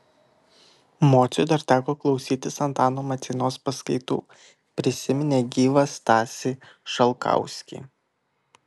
mociui dar teko klausytis antano maceinos paskaitų prisiminė gyvą stasį šalkauskį